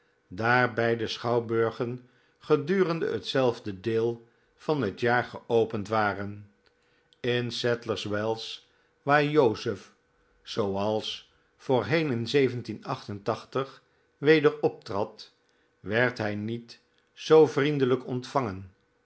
daar beide schouwburgen gedurende hetzelfde deel van het jaar geopend waren in sadlers wells waar jozef zooals voorheen in weder optrad werd hi niet zoo vriendelyk onlvangen